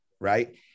right